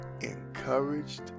encouraged